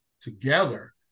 together